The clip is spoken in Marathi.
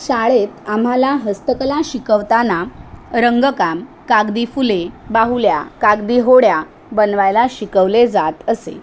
शाळेत आम्हाला हस्तकला शिकवताना रंगकाम कागदी फुले बाहुल्या कागदी होड्या बनवायला शिकवले जात असे